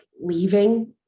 leaving